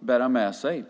bär man med sig.